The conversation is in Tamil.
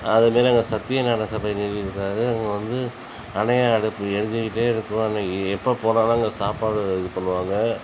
அதே மாரி சத்திய ஞான சபைன்னு நிறுவியிருக்கார் அங்கே வந்து அணையா அடுப்பு எரிஞ்சுகிட்டே இருக்கும் அன்னிக்கி எப்போது போனாலும் அங்கே சாப்பாடு இது பண்ணுவாங்க